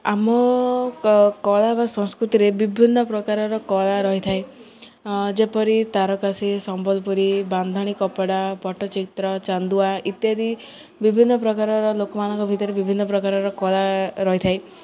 ଆମ କଳା ବା ସଂସ୍କୃତିରେ ବିଭିନ୍ନ ପ୍ରକାରର କଳା ରହିଥାଏ ଯେପରି ତାରକାସୀ ସମ୍ବଲପୁରୀ ବାନ୍ଧଣି କପଡ଼ା ପଟ୍ଟଚିତ୍ର ଚାନ୍ଦୁଆ ଇତ୍ୟାଦି ବିଭିନ୍ନ ପ୍ରକାରର ଲୋକମାନଙ୍କ ଭିତରେ ବିଭିନ୍ନ ପ୍ରକାରର କଳା ରହିଥାଏ